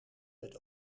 met